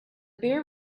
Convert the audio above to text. beer